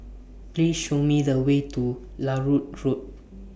Please Show Me The Way to Larut Road